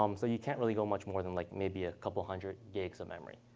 um so you can't really go much more than, like maybe, a couple of hundred gigs of memory.